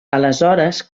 aleshores